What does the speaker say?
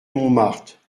montmartre